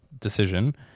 decision